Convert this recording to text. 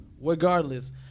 Regardless